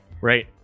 Right